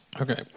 Okay